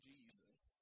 Jesus